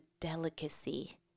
delicacy